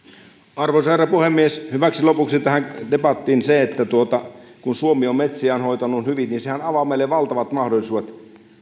arvoisa herra puhemies hyväksi lopuksi tähän debattiin se että kun suomi on metsiään hoitanut hyvin niin sehän avaa meille valtavat mahdollisuudet